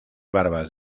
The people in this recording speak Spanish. barbas